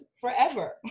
forever